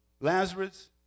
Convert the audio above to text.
Lazarus